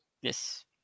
Yes